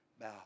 bow